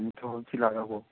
আমি তো ভাবছি লাগাবো